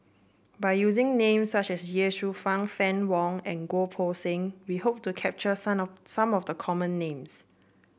by using names such as Ye Shufang Fann Wong and Goh Poh Seng we hope to capture some of some of the common names